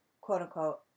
quote-unquote